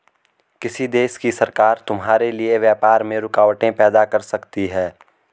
किसी देश की सरकार तुम्हारे लिए व्यापार में रुकावटें पैदा कर सकती हैं